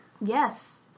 Yes